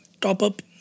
top-up